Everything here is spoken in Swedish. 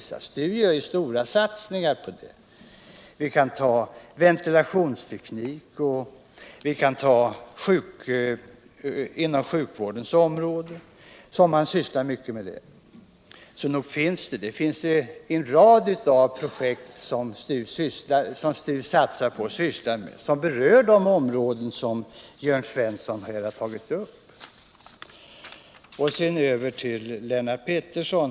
STU gör stora satsningar på den och även när det gäller ventilationsteknik och teknik inom sjukvårdsområdet. STU sysslar med en rad projekt på sådana områden som Jörn Svensson här tog upp. Så några ord till Lennart Pettersson.